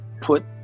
put